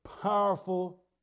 powerful